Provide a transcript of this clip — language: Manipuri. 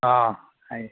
ꯑꯥ ꯑꯩ